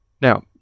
Now